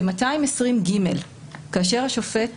ב-220ג, כאשר השופט